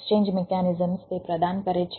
mechanism પ્રદાન કરે છે